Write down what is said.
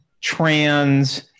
trans